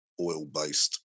oil-based